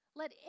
let